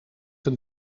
een